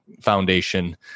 foundation